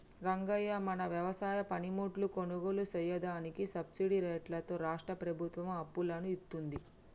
రంగయ్య మన వ్యవసాయ పనిముట్లు కొనుగోలు సెయ్యదానికి సబ్బిడి రేట్లతో రాష్ట్రా ప్రభుత్వం అప్పులను ఇత్తుంది